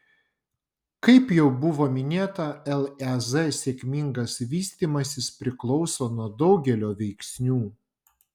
kaip jau buvo minėta lez sėkmingas vystymasis priklauso nuo daugelio veiksnių